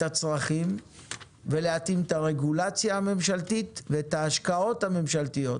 את הצרכים ולהתאים את הרגולציה הממשלתית ואת ההשקעות הממשלתיות